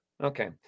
Okay